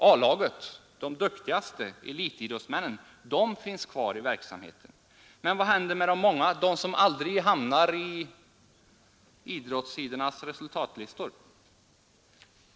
A-laget, de duktigaste, elitidrottsmännen — de finns kvar i verksamheten. Men vad händer med de många, de som aldrig hamnar på idrottssidornas resultatlistor?